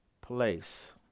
place